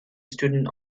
student